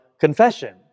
confession